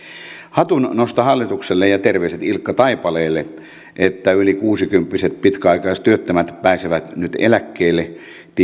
hatunnosto hallitukselle ja terveiset ilkka taipaleelle että yli kuusikymppiset pitkäaikaistyöttömät pääsevät nyt eläkkeelle